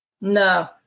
No